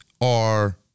are-